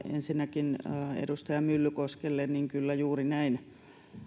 ensinnäkin edustaja myllykoskelle kyllä juuri näin